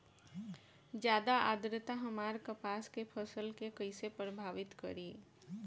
ज्यादा आद्रता हमार कपास के फसल कि कइसे प्रभावित करी?